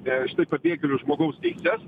e štai pabėgėlių žmogaus teises